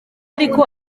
ariko